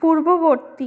পূর্ববর্তী